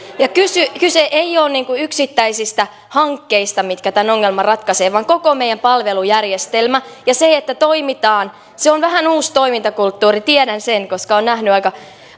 kyse kyse ei ole yksittäisistä hankkeista mitkä tämän ongelman ratkaisevat vaan koko meidän palvelujärjestelmästämme ja siitä että toimitaan se on vähän uusi toimintakulttuuri tiedän sen koska olen nähnyt aika